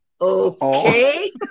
Okay